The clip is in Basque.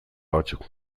batzuk